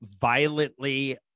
violently